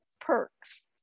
perks